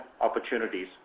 opportunities